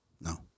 no